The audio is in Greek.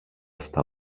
αυτά